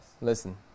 Listen